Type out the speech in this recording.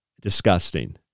disgusting